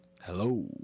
Hello